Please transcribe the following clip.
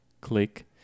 click